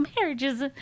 marriages